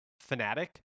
fanatic